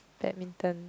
Badminton